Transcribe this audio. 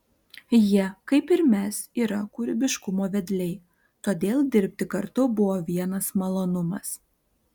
jie kaip ir mes yra kūrybiškumo vedliai todėl dirbti kartu buvo vienas malonumas